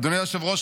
אדוני היושב-ראש,